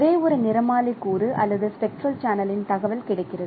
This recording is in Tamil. ஒரே ஒரு நிறமாலை கூறு அல்லது ஸ்பெக்ட்ரல் சேனலின் தகவல் கிடைக்கிறது